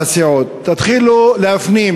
תתחילו להפנים.